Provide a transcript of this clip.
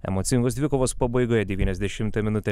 emocingos dvikovos pabaigoje devyniasdešimtą minutę